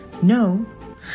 No